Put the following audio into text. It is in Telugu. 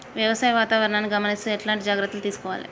వ్యవసాయ వాతావరణాన్ని గమనిస్తూ ఎట్లాంటి జాగ్రత్తలు తీసుకోవాలే?